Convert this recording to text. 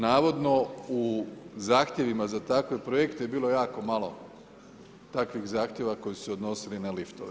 Navodno u zahtjevima za takve projekte je bilo jako malo takvih zahtjeva koji su se odnosili na liftove.